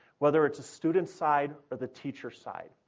whether it's the student side or the teacher side.